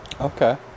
okay